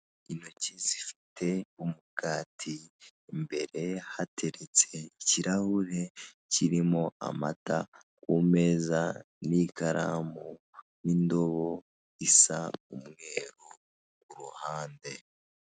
Intoki zifite umugati ,imbere hateretse ikirahure kirimo amata kumeza n'ikaramu n'indobo isa umweru kuruhande.